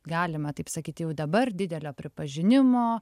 galima taip sakyt jau dabar didelio pripažinimo